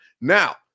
Now